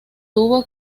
tuvo